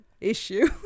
issue